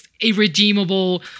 irredeemable